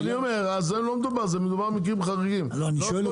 זה לא מדובר, מדובר על מקרים חריגים, לא כל שטות.